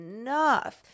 enough